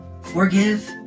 forgive